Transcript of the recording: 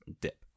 dip